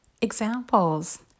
Examples